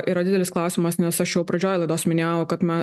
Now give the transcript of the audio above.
yra didelis klausimas nes aš jau pradžioj laidos minėjau kad ma